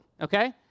Okay